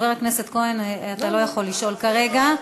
חבר הכנסת כהן, אתה לא יכול לשאול כרגע.